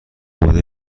بوده